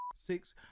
six